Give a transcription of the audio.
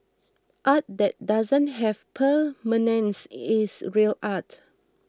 art that doesn't have permanence is real art